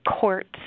courts